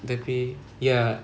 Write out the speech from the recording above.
the pay ya